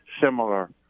similar